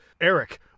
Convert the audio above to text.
Eric